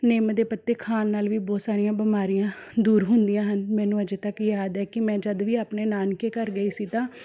ਨਿੰਮ ਦੇ ਪੱਤੇ ਖਾਣ ਨਾਲ਼ ਵੀ ਬਹੁਤ ਸਾਰੀਆਂ ਬਿਮਾਰੀਆਂ ਦੂਰ ਹੁੰਦੀਆਂ ਹਨ ਮੈਨੂੰ ਅਜੇ ਤੱਕ ਯਾਦ ਹੈ ਕਿ ਮੈਂ ਜਦ ਵੀ ਆਪਣੇ ਨਾਨਕੇ ਘਰ ਗਈ ਸੀ ਤਾਂ